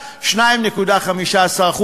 2.15%,